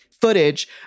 footage